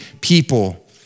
people